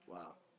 Wow